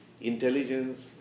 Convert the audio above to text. intelligence